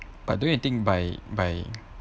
but don't you think by by